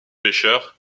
pêcheurs